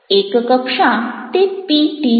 એક કક્ષા તે પીટી છે